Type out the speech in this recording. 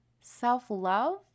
Self-love